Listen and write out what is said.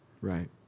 Right